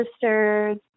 sisters